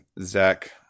Zach